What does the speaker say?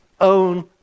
own